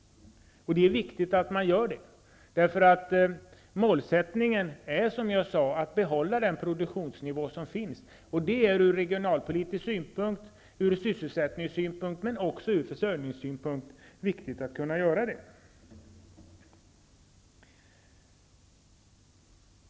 Det är viktigt att man gör den uppräkningen, därför att målsättningen är, som jag sade, att behålla nuvarande produktionsnivå. Det är ur regionalpolitisk synpunkt och sysselsättningssynpunkt men också ur försörjningssynpunkt viktigt att kunna göra det.